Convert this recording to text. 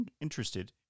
interested